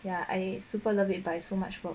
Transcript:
ya I super love it by so much work